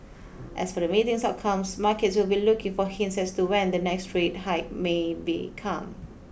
as for the meeting's outcomes markets will be looking for hints as to when the next rate hike may be come